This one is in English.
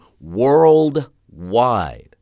worldwide